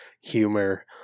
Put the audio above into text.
humor